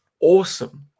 awesome